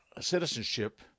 citizenship